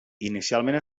inicialment